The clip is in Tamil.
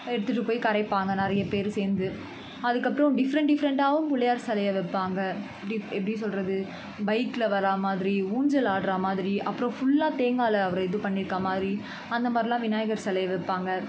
எடுத்துட்டு போய் கரைப்பாங்கள் நிறைய பேர் சேர்ந்து அதுக்கு அப்புறோம் டிஃப்ரண்ட் டிஃப்ரண்ட்டாகவும் பிள்ளையார் சிலைய வைப்பாங்க எப்படி எப்படி சொல்கிறது பைக்கில் வர மாதிரி ஊஞ்சல் ஆடுறா மாதிரி அப்பறம் ஃபுல்லா தேங்காவில அவரை இது பண்ணியிருக்கா மாதிரி அந்த மாதிரிலாம் விநாயகர் சிலைய வைப்பாங்க